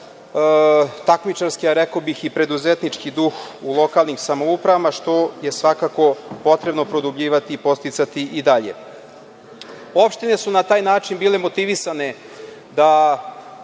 takmičarski, a rekao bih i preduzetnički duh lokalnih samouprava, što je svakako potrebno produbljivati i podsticati i dalje. Opštine su na taj način bile motivisane da